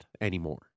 anymore